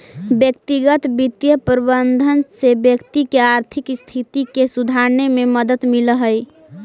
व्यक्तिगत वित्तीय प्रबंधन से व्यक्ति के आर्थिक स्थिति के सुधारने में मदद मिलऽ हइ